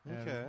Okay